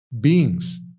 beings